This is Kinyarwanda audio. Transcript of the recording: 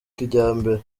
kijyambere